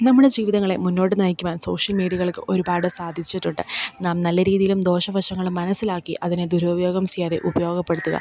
നമ്മുടെ ജീവിതങ്ങളെ മുന്നോട്ട് നയിക്കുവാൻ സോഷ്യൽ മീഡിയകൾക്ക് ഒരുപാട് സാധിച്ചിട്ടുണ്ട് നാം നല്ല രീതിയിലും ദോഷ വശങ്ങൾ മനസ്സിലാക്കി അതിനെ ദുരുപയോഗം ചെയ്യാതെ ഉപയോഗപ്പെടുത്തുക